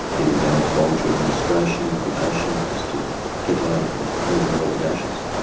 even go into voluntary administration, liquidation, just to get out of of meeting their obligations.